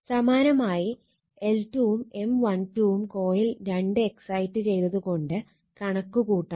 സമാനമായി L2 വും M12 ഉം കോയിൽ 2 എക്സൈറ്റ് ചെയ്ത് കൊണ്ട് കണക്ക് കൂട്ടണം